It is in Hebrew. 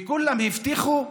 וכולם הבטיחו,